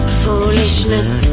foolishness